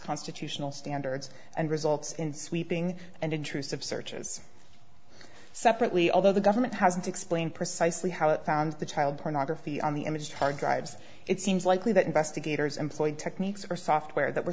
constitutional standards and results in sweeping and intrusive searches separately although the government hasn't explained precisely how it found the child pornography on the image hard drives it seems likely that investigators employed techniques or software that were